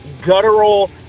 guttural